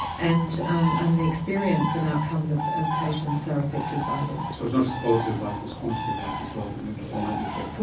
and um and the experience and outcomes ah of patients are affected by this. so it's not just quality of life, it's quantity of life as well that also might be affected.